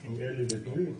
כי אין לי נתונים.